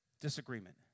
disagreement